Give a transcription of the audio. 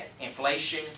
inflation